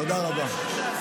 תודה רבה.